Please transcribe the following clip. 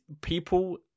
People